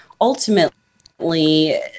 ultimately